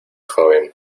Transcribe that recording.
joven